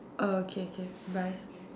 orh okay okay bye